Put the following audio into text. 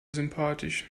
sympathisch